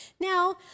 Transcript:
Now